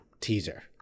teaser